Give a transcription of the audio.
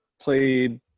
played